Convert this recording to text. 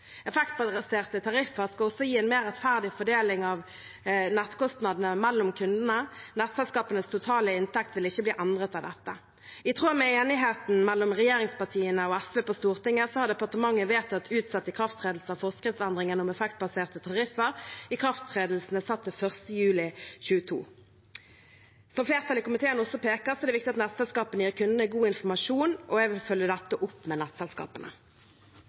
tariffer skal også gi en mer rettferdig fordeling av nettkostnadene mellom kundene. Nettselskapenes totale inntekt vil ikke bli endret av dette. I tråd med enigheten mellom regjeringspartiene og SV på Stortinget har departementet vedtatt utsatt ikrafttredelse av forskriftsendringen om effektbaserte tariffer. Ikrafttredelsen er satt til 1. juli 2022. Som flertallet i komiteen også peker på, er det viktig at nettselskapene gir kundene god informasjon, og jeg vil følge dette opp med nettselskapene.